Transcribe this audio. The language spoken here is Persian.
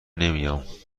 نمیام